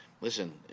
listen